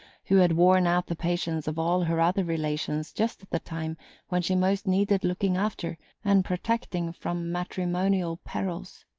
who had worn out the patience of all her other relations just at the time when she most needed looking after and protecting from matrimonial perils.